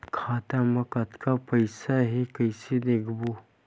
खाता मा कतका पईसा हे कइसे देखबो?